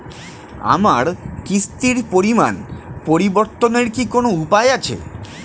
আমার কিস্তির পরিমাণ পরিবর্তনের কি কোনো উপায় আছে?